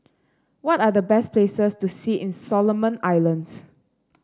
what are the best places to see in Solomon Islands